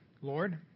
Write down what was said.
Lord